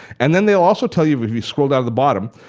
and then they will also tell you if if you scroll down at the bottom,